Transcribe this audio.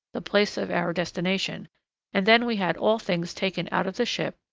the place of our destination and then we had all things taken out of the ship,